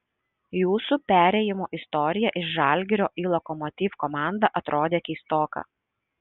jūsų perėjimo istorija iš žalgirio į lokomotiv komandą atrodė keistoka